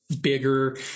bigger